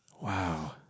Wow